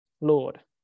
Lord